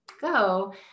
go